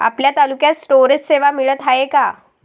आपल्या तालुक्यात स्टोरेज सेवा मिळत हाये का?